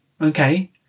okay